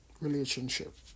relationship